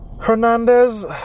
Hernandez